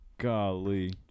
Golly